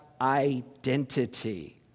identity